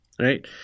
right